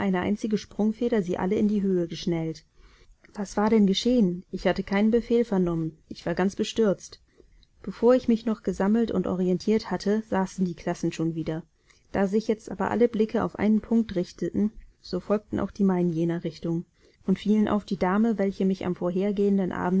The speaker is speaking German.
einzige sprungfeder sie alle in die höhe geschnellt was war denn geschehen ich hatte keinen befehl vernommen ich war ganz bestürzt bevor ich mich noch gesammelt und orientiert hatte saßen die klassen schon wieder da sich jetzt aber alle blicke auf einen punkt richteten so folgten auch die meinen jener richtung und fielen auf die dame welche mich am vorhergehenden abend